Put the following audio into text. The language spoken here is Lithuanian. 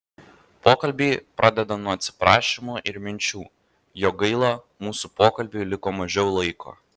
pokalbį pradeda nuo atsiprašymų ir minčių jog gaila mūsų pokalbiui liko mažiau laiko